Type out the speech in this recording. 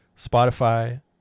Spotify